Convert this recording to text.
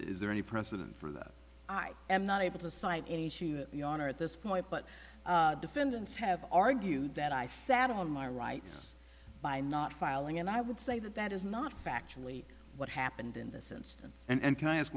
is there any precedent for that i am not able to cite at this point but defendants have argued that i sat on my rights by not filing and i would say that that is not factually what happened in this instance and can i ask